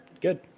good